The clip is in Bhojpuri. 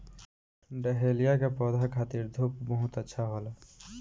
डहेलिया के पौधा खातिर धूप बहुत अच्छा होला